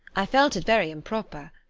i felt it very improper,